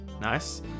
Nice